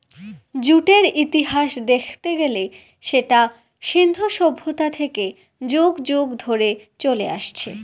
জুটের ইতিহাস দেখতে গেলে সেটা সিন্ধু সভ্যতা থেকে যুগ যুগ ধরে চলে আসছে